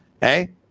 Hey